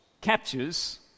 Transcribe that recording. captures